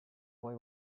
boy